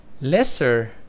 lesser